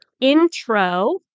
intro